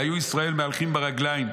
והיו ישראל מהלכין ברגליים,